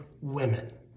women